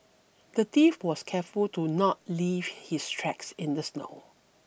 the thief was careful to not leave his tracks in the snow